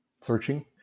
searching